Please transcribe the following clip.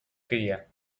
cría